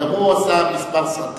גם הוא עשה כמה סרטים,